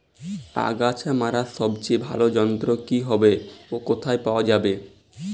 আগাছা মারার সবচেয়ে ভালো যন্ত্র কি হবে ও কোথায় পাওয়া যাবে?